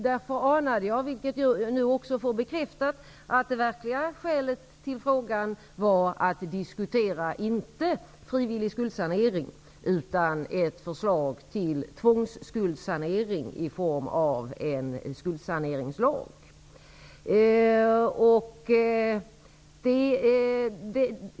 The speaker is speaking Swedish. Därför anade jag, vilket jag nu också får bekräftat, att det verkliga skälet till frågan inte var att diskutera frivillig skuldsanering, utan ett förslag till tvångsskuldsanering i form av en skuldsaneringslag.